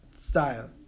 style